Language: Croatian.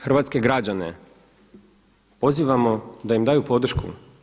Hrvatske građane pozivamo da im daju podršku.